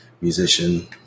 musician